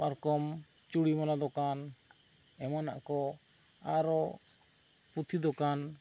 ᱯᱟᱨᱠᱚᱢ ᱪᱩᱲᱤᱢᱟᱞᱟ ᱫᱚᱠᱟᱱ ᱮᱢᱟᱱᱟᱜ ᱠᱚ ᱟᱨᱚ ᱯᱩᱛᱷᱤ ᱫᱚᱠᱟᱱ